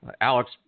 Alex